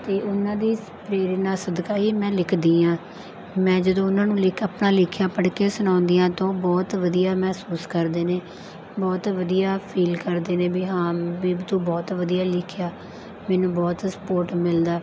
ਅਤੇ ਉਨ੍ਹਾਂ ਦੀ ਪ੍ਰੇਰਨਾ ਸਦਕਾ ਹੀ ਮੈਂ ਲਿਖਦੀ ਹਾਂ ਮੈਂ ਜਦੋਂ ਉਨ੍ਹਾਂ ਨੂੰ ਲਿਖ ਆਪਣਾ ਲਿਖਿਆ ਪੜ੍ਹ ਕੇ ਸੁਣਾਉਂਦੀ ਹਾਂ ਤਾਂ ਉਹ ਬਹੁਤ ਵਧੀਆ ਮਹਿਸੂਸ ਕਰਦੇ ਨੇ ਬਹੁਤ ਵਧੀਆ ਫੀਲ ਕਰਦੇ ਨੇ ਵੀ ਹਾਂ ਵੀ ਤੂੰ ਬਹੁਤ ਵਧੀਆ ਲਿਖਿਆ ਮੈਨੂੰ ਬਹੁਤ ਸਪੋਟ ਮਿਲਦਾ